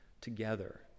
together